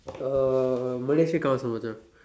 uh Malaysia counts also Macha